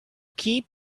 keep